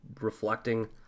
reflecting